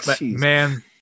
Man